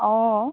অঁ